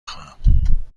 خواهم